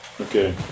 Okay